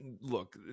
look